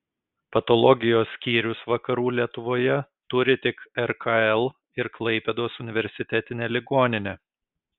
patologijos skyrius vakarų lietuvoje turi tik rkl ir klaipėdos universitetinė ligoninė